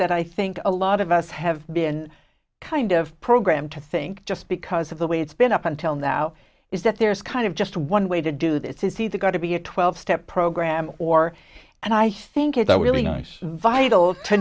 that i think a lot of us have been kind of programmed to think just because of the way it's been up until now is that there's kind of just one way to do this is see the got to be a twelve step program or and i think it's all really nice vital to